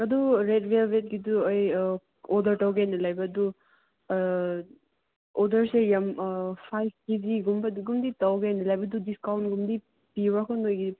ꯑꯗꯨ ꯔꯦꯗ ꯕꯦꯜꯕꯦꯠꯀꯤꯗꯨ ꯑꯩ ꯑꯣꯗꯔ ꯇꯧꯒꯦꯅ ꯂꯩꯕ ꯑꯗꯨ ꯑꯣꯗꯔꯁꯦ ꯌꯥꯝ ꯐꯥꯏꯚ ꯀꯦ ꯖꯤꯒꯨꯝꯕ ꯑꯗꯨꯝꯗꯤ ꯇꯧꯒꯦꯅ ꯂꯩꯕꯗꯨ ꯗꯤꯁꯀꯥꯎꯟꯒꯨꯝꯕꯗꯤ ꯄꯤꯕ꯭ꯔꯥꯀꯣ ꯅꯣꯏꯒꯤ